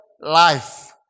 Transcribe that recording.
life